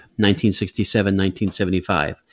1967-1975